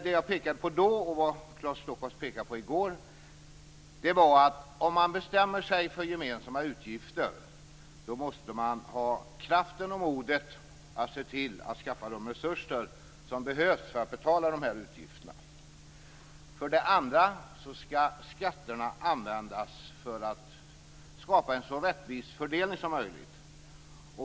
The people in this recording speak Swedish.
Det jag pekade på då, och som Claes Stockhaus pekade på i går, var för det första att om man bestämmer sig för gemensamma utgifter måste man ha kraften och modet att skaffa de resurser som behövs för att betala dessa utgifter. För det andra skall skatterna användas för att skapa en så rättvis fördelning som möjligt.